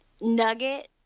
Nugget